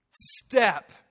step